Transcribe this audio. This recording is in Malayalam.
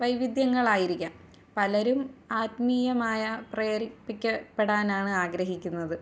വൈവിധ്യങ്ങൾ ആയിരിക്കാം പലരും ആത്മീയമായ പ്രേരിപ്പിക്കപ്പെടാനാണ് ആഗ്രഹിക്കുന്നത്